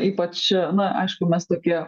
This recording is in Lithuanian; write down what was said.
ir ypač na aišku mes tokie